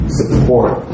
support